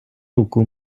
руку